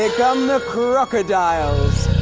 come the crocodiles.